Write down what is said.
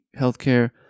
healthcare